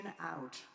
out